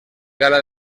gala